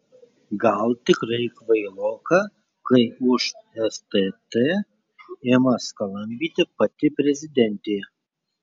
gal tikrai kvailoka kai už stt ima skalambyti pati prezidentė